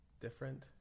different